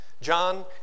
John